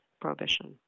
prohibition